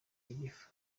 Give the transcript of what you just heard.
y’igifu